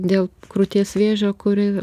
dėl krūties vėžio kuri